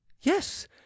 Yes